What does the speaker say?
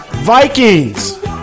Vikings